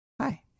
Hi